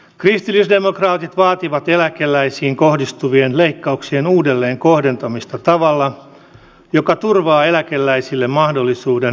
kristillisdemokraatit vaativat eläkeläisiin kohdistuvien leikkauksien uudelleenkohdentamista tavalla joka turvaa eläkeläisille mahdollisuuden vanheta arvokkaasti